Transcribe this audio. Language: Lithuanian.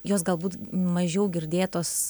jos galbūt mažiau girdėtos